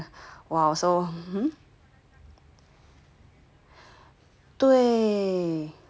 对